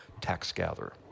tax-gatherer